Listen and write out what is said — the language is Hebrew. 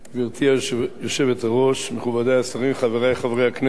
גברתי היושבת-ראש, מכובדי השרים, חברי חברי הכנסת,